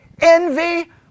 envy